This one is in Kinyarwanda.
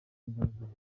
mugaragaro